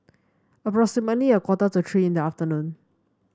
approximately a quarter to three in the afternoon